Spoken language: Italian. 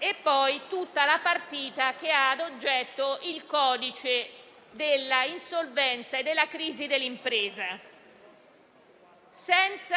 e tutta la partita che ha ad oggetto il codice dell'insolvenza e della crisi d'impresa. Senza